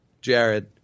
Jared